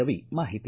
ರವಿ ಮಾಹಿತಿ